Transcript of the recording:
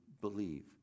believe